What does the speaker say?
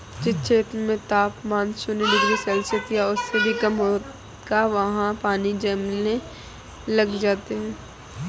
जिस क्षेत्र में तापमान शून्य डिग्री सेल्सियस या इससे भी कम होगा वहाँ पानी जमने लग जाता है